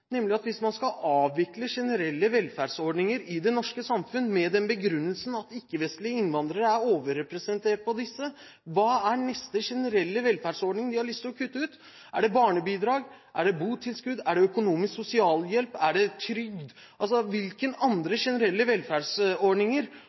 Hvis man skal avvikle generelle velferdsordninger i det norske samfunn med den begrunnelsen at ikke-vestlige innvandrere er overrepresentert i disse, hva er neste generelle velferdsordning de har lyst til å kutte ut? Er det barnebidrag? Er det botilskudd? Er det økonomisk sosialhjelp? Er det trygd? Hvilke andre